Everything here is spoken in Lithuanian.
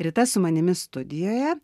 rita su manimi studijoje